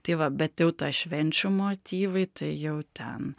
tai va bet jau ta švenčių motyvai tai jau ten